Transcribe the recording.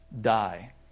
die